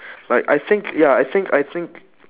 like I think ya I think I think